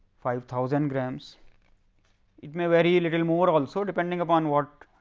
five thousand grams it may vary little more also depending upon what